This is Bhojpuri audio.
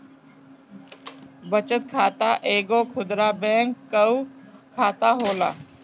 बचत खाता एगो खुदरा बैंक कअ खाता होला